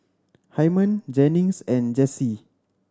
Hyman Jennings and Jessee